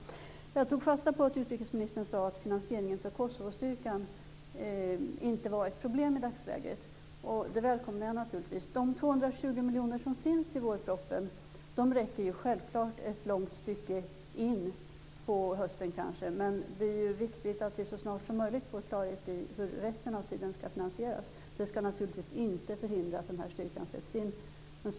Jag tog fasta på att utrikesministern sade att finansieringen av Kosovostyrkan inte var ett problem i dagsläget. Det välkomnar jag naturligtvis. De 220 miljoner som finns i vårpropositionen räcker ett långt stycke in på hösten. Men det är viktigt att vi så snart som möjligt får klarhet i hur resten av tiden skall finansieras. Det skall naturligtvis inte förhindra att styrkan sätts in.